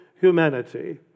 humanity